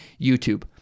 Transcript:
YouTube